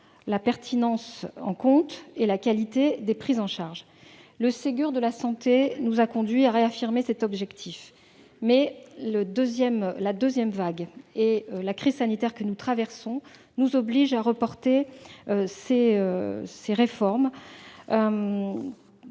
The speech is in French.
la pertinence et de la qualité des prises en charge. Si le Ségur de la santé nous a conduits à réaffirmer cet objectif, la deuxième vague de la covid-19 et la crise sanitaire que nous traversons nous obligent à reporter cette réforme.